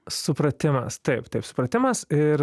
supratimas taip taip supratimas ir